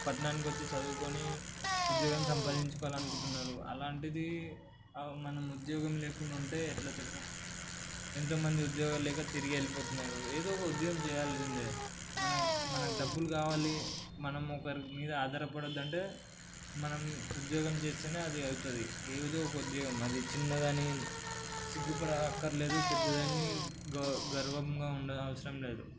పట్నానికి వచ్చి చదువుకొని ఉద్యోగం సంపాదించుకోవాలి అనుకుంటున్నారు అలాంటిది మనం ఉద్యోగం లేకుండా ఉంటే ఎట్లా చెప్పు ఎంతో మంది ఉద్యోగాలు లేక తిరిగి వెళ్ళిపోతున్నారు ఏదో ఒక ఉద్యోగం చేయాల్సిందే మనకి మనకి డబ్బులు కావాలి మనం ఒకరి మీద ఆధారపడొద్దు అంటే మనం ఉద్యోగం చేస్తేనే అది అవుతుంది ఏదో ఒక ఉద్యోగం అది చిన్నదని సిగ్గుపడక్కర్లేదు పెద్దదని గ గర్వంగా ఉండాల్సిన అవసరం లేదు